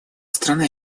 страна